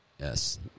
yes